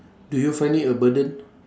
do you find it a burden